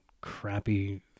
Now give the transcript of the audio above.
crappy